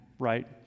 Right